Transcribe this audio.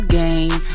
game